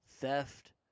Theft